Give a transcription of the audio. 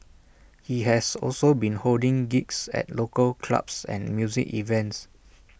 he has also been holding gigs at local clubs and music events